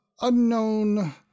unknown